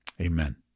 amen